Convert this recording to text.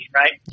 right